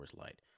Light